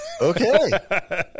okay